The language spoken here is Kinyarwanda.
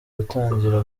gutangira